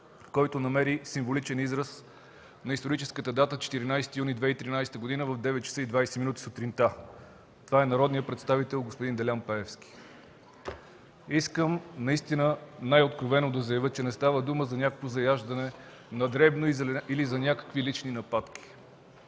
който намери символичен израз на историческата дата 14 юни 2013 г. в 9,20 ч. сутринта. Това е народният представител господин Делян Пеевски. Искам наистина най-откровено да заявя, че не става дума за някакво заяждане на дребно или за някакви лични нападки,